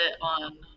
on